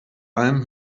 alm